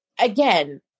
again